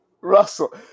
Russell